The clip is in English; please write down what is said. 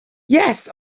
yes